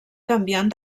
canviant